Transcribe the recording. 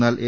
എന്നാൽ എ